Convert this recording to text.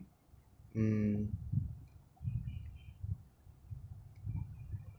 mm